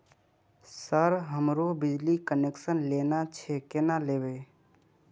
Sir हमरो बिजली connection लेना छे केना लेबे?